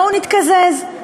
בואו נתקזז,